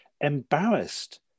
embarrassed